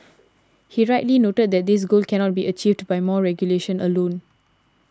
he rightly noted that this goal cannot be achieved by more regulation alone